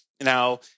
now